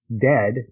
dead